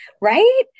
right